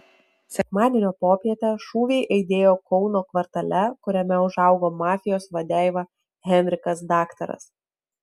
sekmadienio popietę šūviai aidėjo kauno kvartale kuriame užaugo mafijos vadeiva henrikas daktaras